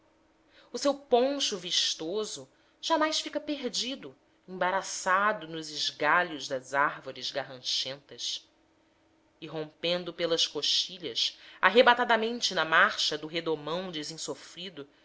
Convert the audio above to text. o seu poncho vistoso jamais fica perdido embaraçado nos esgalhos das árvores garranchentas e rompendo pelas coxilhas arrebatadamente na marcha do redomão